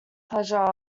pleasure